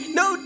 no